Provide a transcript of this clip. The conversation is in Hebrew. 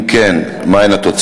2. אם כן, מה הן התוצאות?